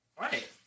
Right